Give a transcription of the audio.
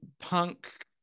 punk